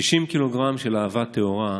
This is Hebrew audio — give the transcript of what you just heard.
"שישים קילוגרם של אהבה טהורה,